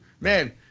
Man